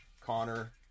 Connor